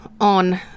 on